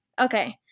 Okay